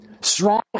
strong